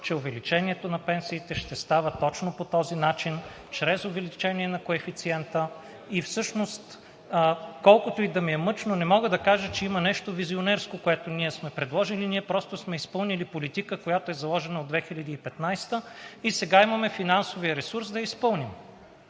че увеличението на пенсиите ще става точно по този начин – чрез увеличение на коефициента. Всъщност колкото и да ми е мъчно, не мога да кажа, че има нещо визионерско, което ние сме предложили. Ние просто сме изпълнили политика, която е заложена от 2015 г., и сега имаме финансовия ресурс да я изпълним.